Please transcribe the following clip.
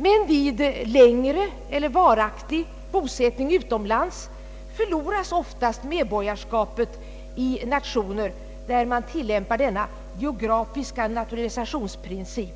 Men vid längre eller varaktig bosättning utomlands förloras ofta medborgarskapet i nationer, där denna geografiska naturalisationsprincip